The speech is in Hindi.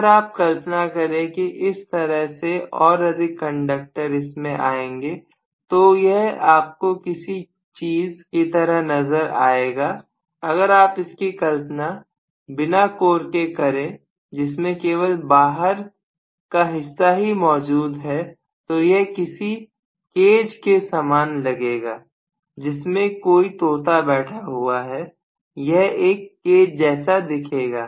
अगर आप कल्पना करें कि इस तरह से और अधिक कंडक्टर इसमें जाएंगे तो यह आपको किसी चीज की तरह नजर आएगा अगर आप इसकी कल्पना बिना कोर के करें जिसमें केवल बाहर ही मौजूद है तो यह किसी के के सामान लगेगा जिसमें कोई तोता बैठा हुआ है यह एक केज जैसा दिखेगा